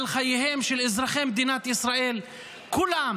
לחייהם של אזרחי מדינת ישראל כולם,